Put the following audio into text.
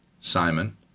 Simon